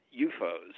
UFOs